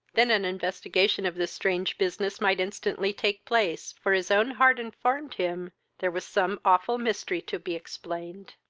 than an investigation of this strange business might instantly take place, for his own heart informed him there was some awful mystery to be explained.